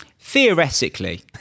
theoretically